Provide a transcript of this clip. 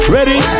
Ready